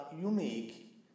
unique